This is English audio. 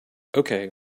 okay